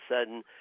sudden